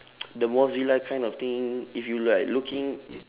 the mozilla kind of thing if you like looking